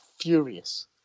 furious